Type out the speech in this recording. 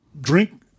drink